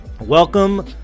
Welcome